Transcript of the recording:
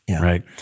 right